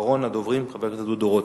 ואחרון הדוברים, חבר הכנסת דודו רותם.